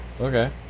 Okay